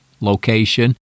location